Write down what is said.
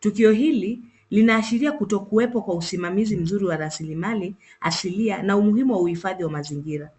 Tukio hili linaashiria kutokuwepo kwa usimamizi mzuri wa rasilimali asilia na umuhumu wa uhifadhi wa mazingira.